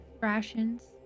rations